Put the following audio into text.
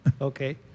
Okay